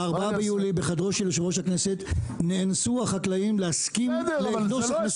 ב-4 ביולי בחדרו של יושב ראש הכנסת נאנסו החקלאים להסכים --- מסוימות.